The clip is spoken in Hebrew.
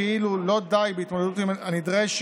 כאילו לא די בהתמודדות הנדרשת